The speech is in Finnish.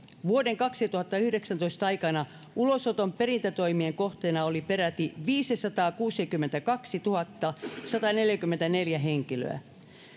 vuoden kaksituhattayhdeksäntoista aikana ulosoton perintätoimien kohteena oli peräti viisisataakuusikymmentäkaksituhattasataneljäkymmentäneljä henkilöä